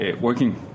working